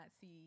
see